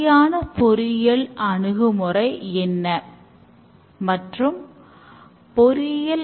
இதன் கொள்கையானது ஒன்று நன்றாக வேலை செய்தால் அதனை ஏன் அதிகமாக உபயோகப்படுத்த கூடாது